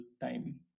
time